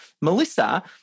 Melissa